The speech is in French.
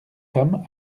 femme